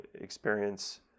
experience